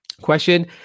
question